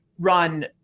run